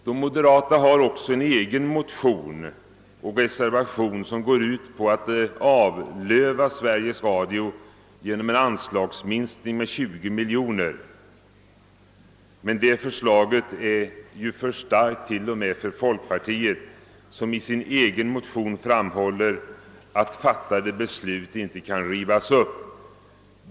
De moderata har också en egen motion och reservation, som går ut på att »avlöva» Sveriges Radio genom en anslagsminskning med 20 miljoner, men det förslaget är för starkt till och med för folkpartiet, som i sin egen motion framhåller att fattade beslut inte kan rivas upp.